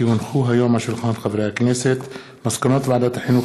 כי הונחו היום על שולחן הכנסת מסקנות ועדת החינוך,